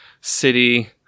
city